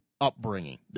upbringing